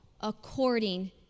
according